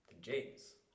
James